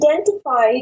identified